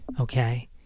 okay